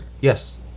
yes